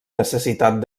necessitat